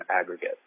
aggregate